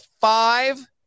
five